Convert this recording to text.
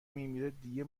میمیره، دیگه